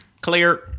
Clear